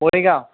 Morigaon